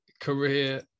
career